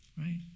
right